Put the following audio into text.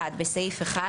בסעיף 1